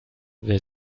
wer